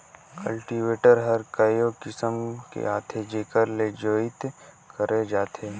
cultivator हर कयो किसम के आथे जेकर ले जोतई करल जाथे